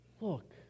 Look